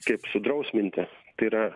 kaip sudrausminti tai yra